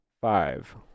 five